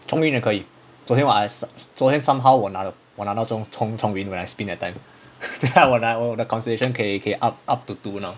zhong li 的可以昨天晚上 I 昨天我 somehow 我拿我拿到 zhong li 回来 spin that time then 我 now constellation 可以可以 up up to two now